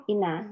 Ina